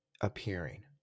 appearing